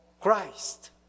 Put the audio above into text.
Christ